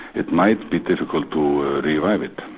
it might be difficult to revive it.